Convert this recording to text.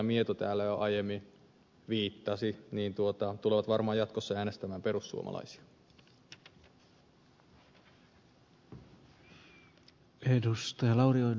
mieto täällä jo aiemmin viittasi tulevat varmaan jatkossa äänestämään perussuomalaisia